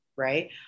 right